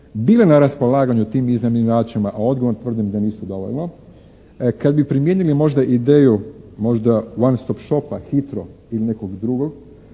bile na raspolaganju tim iznajmljivačima, a odgovorno tvrdim da nisu dovoljno, kad bi primijenili možda ideju možda "one stop shopa", "Hitro" ili nekog drugog